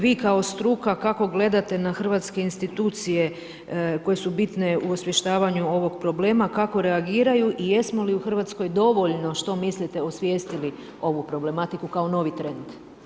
Vi kao struka, kako gledate na hrvatske institucije koje su bitne u osvještavanju ovog problema, kako reagiraju i jesmo li u RH dovoljno, što mislite, osvijestili ovu problematiku kao novi trend?